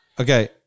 Okay